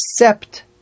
accept